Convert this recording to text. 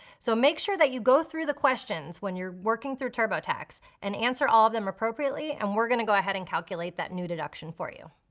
so make sure that you go through the questions when you're working through turbotax and answer all of them appropriately and we're gonna go ahead and calculate that new deduction for you.